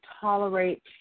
tolerate